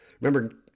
Remember